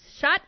Shut